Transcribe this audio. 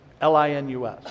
L-I-N-U-S